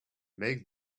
make